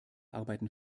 arbeiten